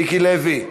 מיקי לוי,